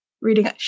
reading